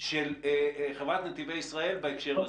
של חברת נתיבי ישראל בהקשר הזה?